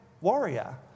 warrior